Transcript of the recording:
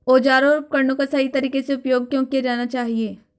औजारों और उपकरणों का सही तरीके से उपयोग क्यों किया जाना चाहिए?